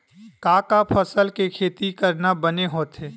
का का फसल के खेती करना बने होथे?